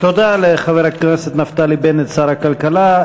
תודה לחבר הכנסת נפתלי בנט, שר הכלכלה.